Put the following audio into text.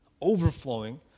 overflowing